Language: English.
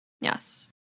Yes